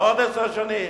לעוד עשר שנים?